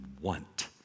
want